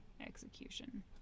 execution